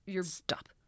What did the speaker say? stop